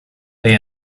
they